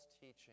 teaching